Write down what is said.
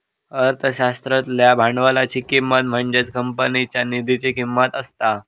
अर्थशास्त्रातल्या भांडवलाची किंमत म्हणजेच कंपनीच्या निधीची किंमत असता